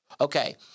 Okay